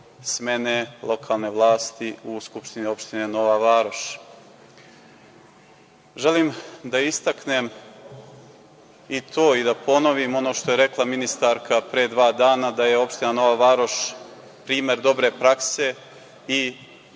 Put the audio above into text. smene lokalne vlasti u Skupštini opštine Nova Varoš. Želim da istaknem i da ponovim ono što je rekla ministarka pre dva dana, da je opština Nova Varoš primer dobre prakse i